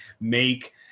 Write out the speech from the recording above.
make